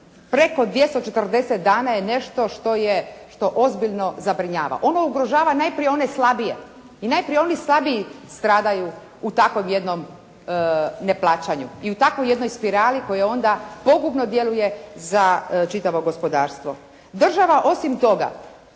preko 240 dana je nešto što ozbiljno zabrinjava. Ono ugrožava najprije one slabije i najprije oni slabiji stradaju u takvom jednom neplaćanju i u takvoj jednoj spirali koja onda pogubno djeluje za čitavo gospodarstvo. Država osim toga